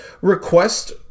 request